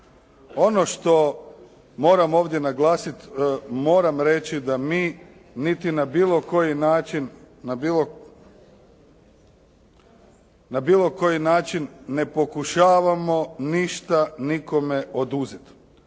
Ono što moram ovdje naglasiti, moram reći da mi niti na bilo koji način, na bilo koji način ne pokušavamo ništa nikome oduzeti.